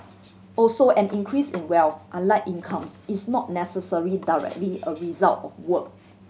also an increase in wealth unlike incomes is not necessary directly a result of work